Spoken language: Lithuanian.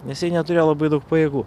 nes jie neturėjo labai daug pajėgų